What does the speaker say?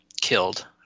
killed